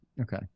Okay